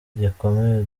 gikomeye